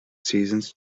seasons